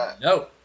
No